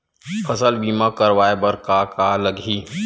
फसल बीमा करवाय बर का का लगही?